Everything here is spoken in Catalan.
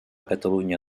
catalunya